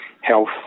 health